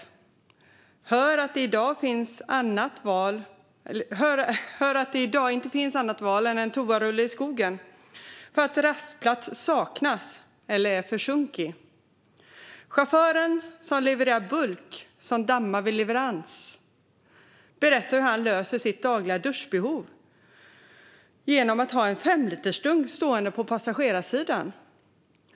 Jag hör att det i dag inte finns något annat val än en toarulle i skogen, eftersom rastplatser saknas eller är för sunkiga. Chauffören som levererar bulk som dammar vid leverans berättar hur han löser sitt dagliga duschbehov genom att ha en femlitersdunk stående på passagerarsidan.